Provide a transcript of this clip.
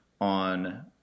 on